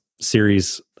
series